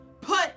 put